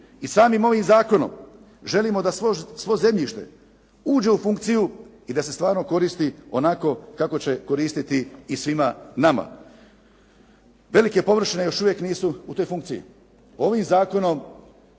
I samim ovim zakonom želimo da svo zemljište uđe u funkciju i da se stvarno koristi onako kako će koristiti svima nama. Velike površine još nisu u toj funkciji. Ovim zakonom